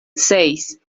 seis